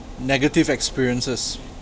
negative experiences